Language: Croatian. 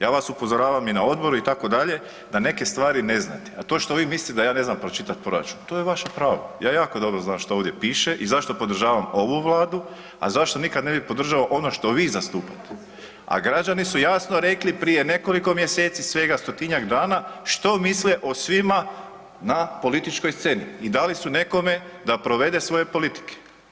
Ja vas upozoravam i na odboru itd., da neke stvari ne znate, a to što vi mislite da ja ne znam pročitati proračun to je vaše pravo, ja jako dobro znam šta ovdje piše i zašto podržavam ovu Vladu, a zašto nikad ne bi podržao ono što vi zastupate, a građani su jasno rekli prije nekoliko mjeseci svega 100-tinjak dana što misle o svima na političkoj sceni i dali su nekome da provede svoje politike.